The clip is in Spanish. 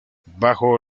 bajo